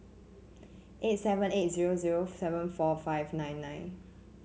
eight seven eight zero zero seven four five nine nine